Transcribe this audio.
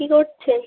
কী করছেন